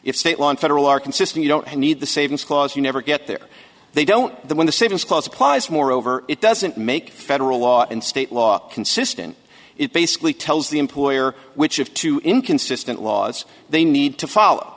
if state law and federal are consistent you don't need the savings clause you never get there they don't the when the savings clause applies moreover it doesn't make federal law and state law consistent it basically tells the employer which of two inconsistent laws they need to follow